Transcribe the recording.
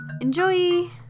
Enjoy